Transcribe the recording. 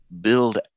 build